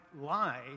lie